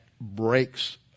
breaks